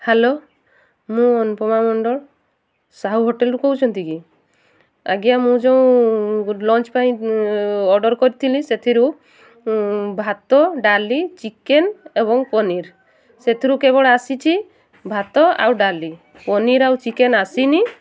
hello ମୁଁ ଅନୁପମା ମଣ୍ଡଳ ସାହୁ ହୋଟେଲ୍ରୁ କହୁଛନ୍ତି କି ଆଜ୍ଞା ମୁଁ ଯୋଉ ଲଞ୍ଚ୍ ପାଇଁ ଅର୍ଡ଼ର୍ କରିଥିଲି ସେଥିରୁ ଭାତ ଡାଲି ଚିକେନ୍ ଏବଂ ପନିର ସେଥିରୁ କେବଳ ଆସିଛି ଭାତ ଆଉ ଡାଲି ପନିର ଆଉ ଚିକେନ୍ ଆସିନି